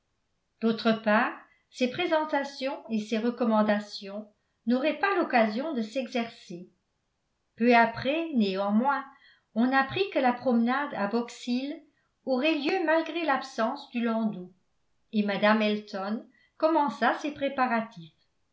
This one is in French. d'autre part ses présentations et ses recommandations n'auraient pas l'occasion de s'exercer peu après néanmoins on apprit que la promenade à box hill aurait lieu malgré l'absence du landau et mme elton commença ses préparatifs